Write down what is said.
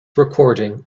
recording